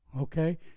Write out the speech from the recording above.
Okay